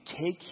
take